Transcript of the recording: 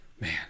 man